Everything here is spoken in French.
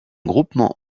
groupement